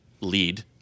lead